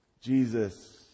Jesus